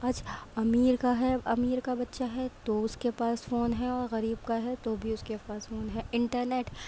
آج امیر کا ہے امیر کا بچہ ہے تو اس کے پاس فون ہے اور غریب کا ہے تو بھی اس کے پاس فون انٹرنیٹ